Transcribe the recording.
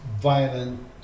violent